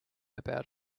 about